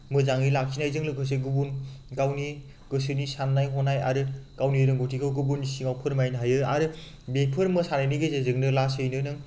मोजाङै लाखिनायजों लोगोसे गुबुन गावनि गोसोनि साननाय हनाय आरो गावनि रोंगौथिखौ गुबुननि सिगाङाव फोरमायनो हायो आरो बेफोर मोसानायनि गेजेरजोंनो लासैनो नों